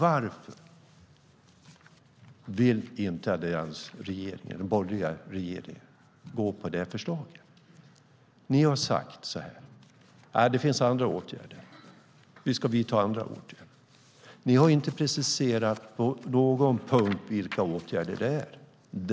Varför vill inte den borgerliga regeringen gå med på detta förslag? Men ni har inte på någon punkt preciserat vilka åtgärder det är.